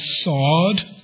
sword